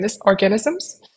organisms